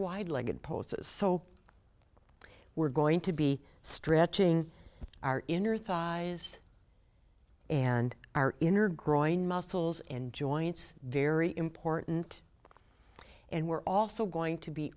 wide legged poses so we're going to be stretching our inner thighs and our inner growing muscles and joints very important and we're also going to be